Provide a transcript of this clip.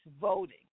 voting